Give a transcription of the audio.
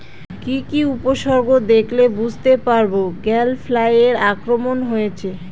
কি কি উপসর্গ দেখলে বুঝতে পারব গ্যাল ফ্লাইয়ের আক্রমণ হয়েছে?